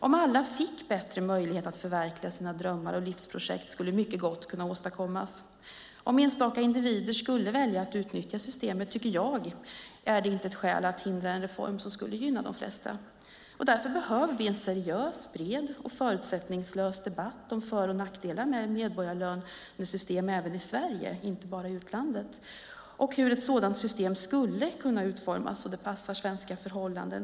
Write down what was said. Om alla fick bättre möjlighet att förverkliga sina drömmar och livsprojekt skulle mycket gott kunna åstadkommas. Om enstaka individer skulle välja att utnyttja systemet är det inte ett skäl att hindra en reform som skulle gynna de flesta. Därför behöver vi en seriös, bred och förutsättningslös debatt om för och nackdelar med medborgarlön även i Sverige och inte bara i utlandet och hur ett sådant system skulle kunna utformas så att det passar svenska förhållanden.